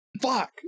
Fuck